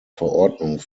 verordnung